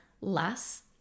less